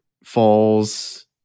Falls